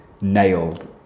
nailed